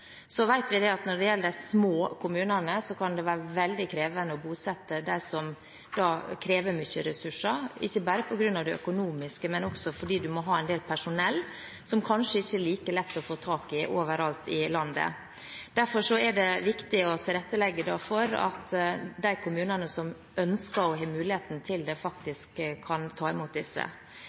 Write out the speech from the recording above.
Så vet vi at når det gjelder de små kommunene, kan det være veldig krevende å bosette dem som krever mye ressurser – ikke bare på grunn av det økonomiske, men også fordi man må ha en del personell, som det kanskje ikke er like lett å få tak i overalt i landet. Derfor er det viktig å tilrettelegge for at de kommunene som ønsker det og har muligheten til det, faktisk kan ta imot disse.